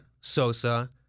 Sosa